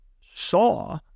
saw